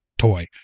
Toy